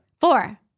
Four